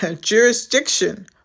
jurisdiction